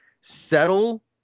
settle